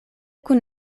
kun